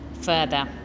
further